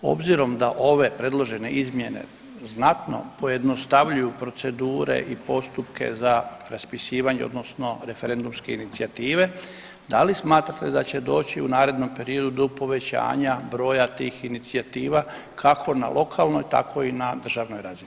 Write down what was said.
Obzirom da ove predložene izmjene znatno pojednostavljuju procedure i postupke za raspisivanje odnosno referendumski inicijative, da li smatrate da će doći u narednom periodu do povećanja broja tih inicijativa kako na lokalnoj tako i na državnoj razini?